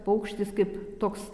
paukštis kaip toks